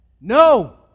No